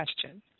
question